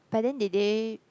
but then did they